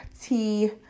tea